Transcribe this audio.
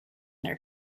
their